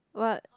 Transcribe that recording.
what